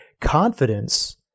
Confidence